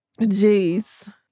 Jeez